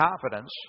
confidence